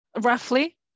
roughly